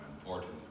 important